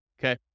Okay